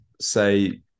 say